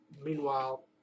meanwhile